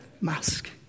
Mask